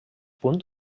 punt